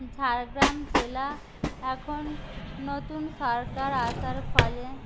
ঝাড়গ্রাম জেলা এখন নতুন সরকার আসার ফলে